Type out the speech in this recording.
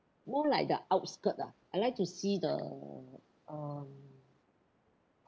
more like the outskirt ah I like to see the um